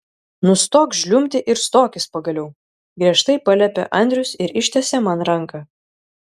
nustok žliumbti ir stokis pagaliau griežtai paliepė andrius ir ištiesė man ranką